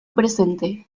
presente